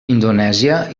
indonèsia